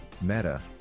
Meta